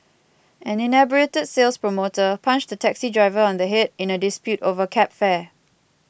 an inebriated sales promoter punched a taxi driver on the head in a dispute over cab fare